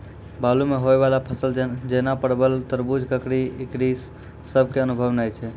बालू मे होय वाला फसल जैना परबल, तरबूज, ककड़ी ईकरो सब के अनुभव नेय छै?